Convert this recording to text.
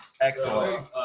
Excellent